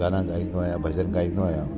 गाना ॻाइंदो आहियां भॼन ॻाइंदो आहियां